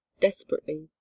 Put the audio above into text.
desperately